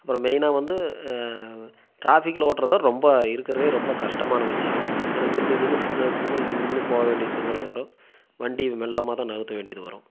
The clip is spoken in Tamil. அப்புறம் மெயினாக வந்து ட்ராஃபிக்கில் ஓட்டுறது தான் ரொம்ப இருக்கிறதுலையே ரொம்ப கஷ்டமான விஷயம் ஏன்னா நின்று நின்று சிக்னல் சிக்னலில் நின்று நின்று போக வேண்டிய சூழ்நெலை வரும் வண்டி மெல்லமாக தான் நகர்த்த வேண்டியது வரும்